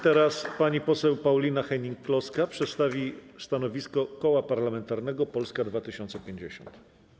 Teraz pani poseł Paulina Henning-Kloska przedstawi stanowisko Koła Parlamentarnego Polska 2050.